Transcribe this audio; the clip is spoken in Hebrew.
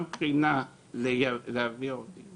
גם מבחינת גיוס עובדים